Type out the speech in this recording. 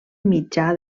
mitjà